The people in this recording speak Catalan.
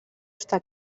està